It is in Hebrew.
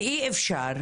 ואי אפשר